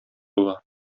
була